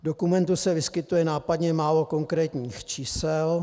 V dokumentu se vyskytuje nápadně málo konkrétních čísel.